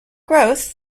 growth